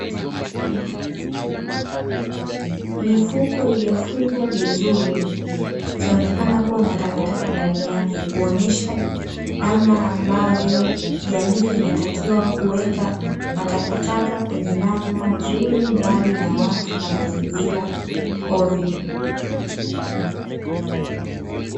Mifuko iliyofungwa vizuri, ikionekana kuwa na takataka ndani yake kuonesha namna ambavyo jamii inatakiwa kuweka matakataka, kwenye namna nzuri mbali na watu na mazingira hovyo.